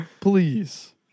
Please